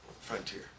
Frontier